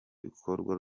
bikorwa